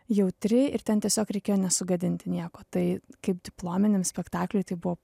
jautri ir ten tiesiog reikėjo nesugadinti nieko tai kaip diplominiam spektakliui tai buvo